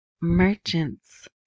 merchants